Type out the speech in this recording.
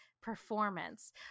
performance